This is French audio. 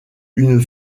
une